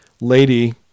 lady